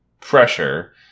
pressure